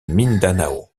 mindanao